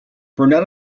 burnett